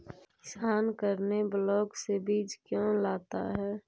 किसान करने ब्लाक से बीज क्यों लाता है?